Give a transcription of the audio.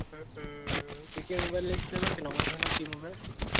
কি কি মবাইল লাগিছিলে বা কেনেকুৱা ধৰণৰ কি মোবাইল